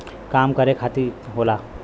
काम करे खातिर होला